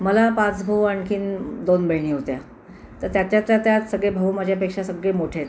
मला पाच भाऊ आणखीन दोन बहिणी होत्या तर त्याच्यातल्या त्यात सगळे भाऊ माझ्यापेक्षा सगळे मोठे आहेत